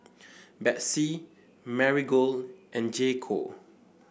Betsy Marigold and J Co